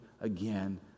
again